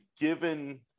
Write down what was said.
given